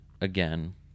again